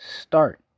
start